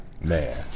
Man